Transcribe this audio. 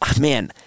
Man